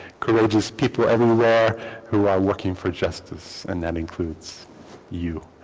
courageous people everywhere ah who are working for justice and that includes you